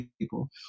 people